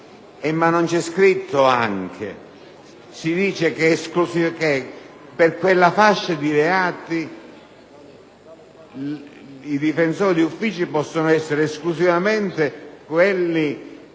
Ma non c'è scritto «anche». Si dice che per quella fascia di reati i difensori d'ufficio possono essere esclusivamente quelli